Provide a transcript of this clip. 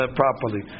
properly